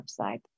website